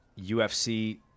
UFC